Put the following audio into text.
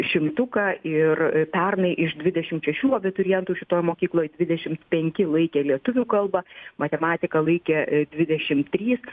šimtuką ir pernai iš dvidešimt šešių abiturientų šitoj mokykloj dvidešimt penki laikė lietuvių kalbą matematiką laikė dvidešimt trys